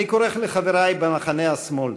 אני קורא לחברי במחנה השמאל: